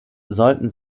sollten